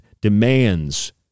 demands